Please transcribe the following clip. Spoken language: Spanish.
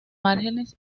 márgenes